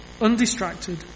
Undistracted